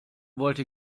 wollte